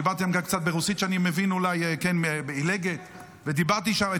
דיברתי איתם קצת ברוסית, אולי עילגת, שאני מבין.